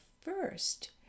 first